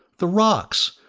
the rocks!